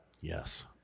Yes